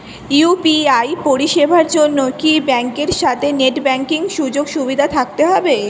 UPI পরিষেবার জন্য কি ব্যাংকের সাথে নেট ব্যাঙ্কিং সুযোগ সুবিধা থাকতে হবে?